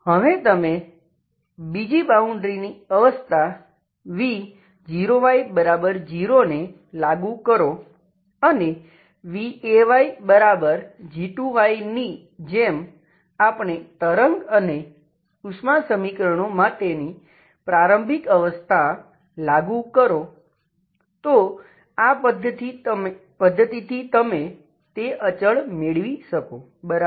હવે તમે બીજી બાઉન્ડ્રીની અવસ્થા v0y0 ને લાગુ કરો અને vayg2 ની જેમ આપણે તરંગ મેળવી શકો બરાબર